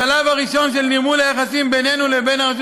השלב הראשון של נרמול היחסים בינינו לבין הרשות